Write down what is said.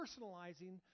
personalizing